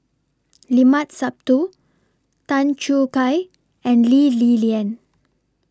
Limat Sabtu Tan Choo Kai and Lee Li Lian